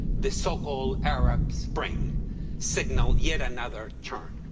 the so-called arab spring signaled yet another turn.